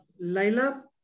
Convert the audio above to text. Laila